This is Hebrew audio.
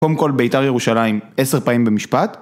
קודם כל ביתר ירושלים 10 פעמים במשפט